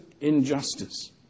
injustice